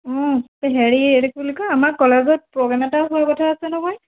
অঁ হেৰি এইটো কি বুলি কয় আমাৰ কলেজত প্ৰগেম এটা হোৱা কথা আছে নহয়